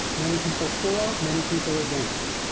many people for many people against